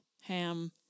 ham